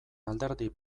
alderdi